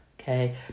Okay